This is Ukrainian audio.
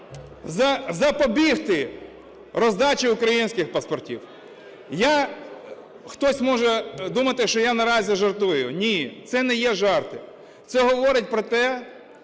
запобігти роздачі українських паспортів. Хтось може думати, що я наразі жартую – ні, це не жарти, це говорить про те,